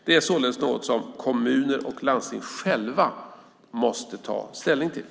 Det är således något som kommuner och landsting själva måste ta ställning till.